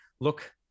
look